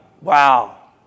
Wow